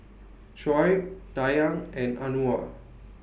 Shoaib Dayang and Anuar